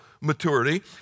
maturity